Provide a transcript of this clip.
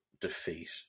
defeat